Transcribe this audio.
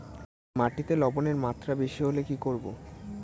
মাটিতে লবণের মাত্রা বেশি হলে কি করব?